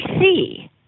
see